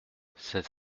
cette